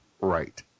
right